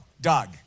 Doug